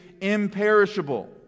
imperishable